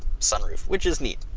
sunroof which is neat.